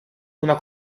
una